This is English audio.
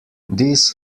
this